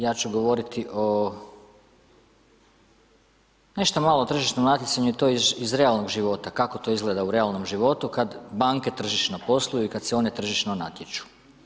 Ja ću govoriti o, nešto malo o tržišnom natjecanju, to je iz realnog života, kako to izgleda u realnom životu kad banke tržišno posluju i kad se one tržišno natječu.